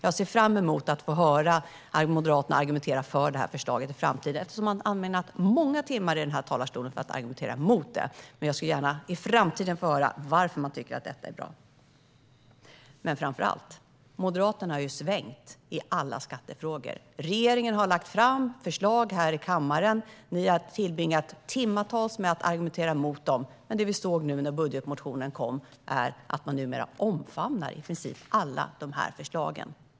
Jag ser fram emot att höra Moderaterna argumentera för det här förslaget i framtiden, eftersom man har ägnat många timmar i talarstolen åt argumentera emot det. Jag skulle gärna vilja höra varför man tycker att detta är bra. Moderaterna har framför allt svängt i alla skattefrågor. Regeringen har lagt fram förslag här i kammaren, och Moderaterna har spenderat många timmar på att argumentera emot dem. Men nu när budgetmotionen kom såg vi att man numera omfamnar i princip alla de förslagen.